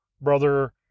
brother